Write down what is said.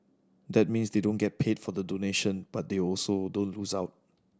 that means they don't get paid for the donation but they also don't lose out